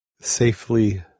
safely